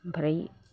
ओमफ्राय